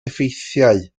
effeithiau